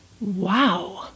Wow